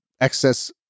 excess